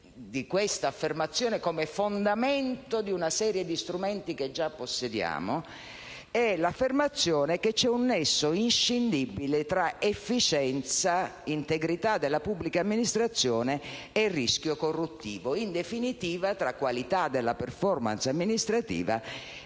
di questa affermazione come fondamento di una serie di strumenti che già possediamo. Mi riferisco all'affermazione che esiste un nesso inscindibile tra efficienza, integrità della pubblica amministrazione e rischio corruttivo: in definitiva, tra qualità della *performance* amministrativa